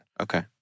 Okay